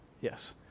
Yes